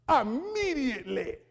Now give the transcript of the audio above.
immediately